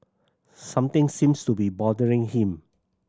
something seems to be bothering him